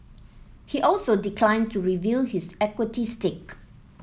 he also declined to reveal his equity stake